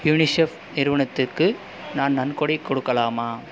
UNICEF நிறுவனத்துக்கு நான் நன்கொடை கொடுக்கலாமா